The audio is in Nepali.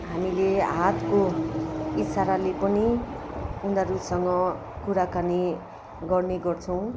हामीले हातको इसाराले पनि उनीहरूसँग कुराकानी गर्ने गर्छौँ